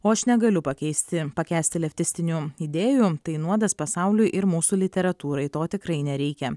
o aš negaliu pakeisti pakęsti leftistinių idėjų tai nuodas pasauliui ir mūsų literatūrai to tikrai nereikia